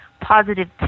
Positive